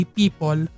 people